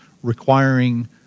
requiring